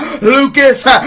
Lucas